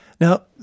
Now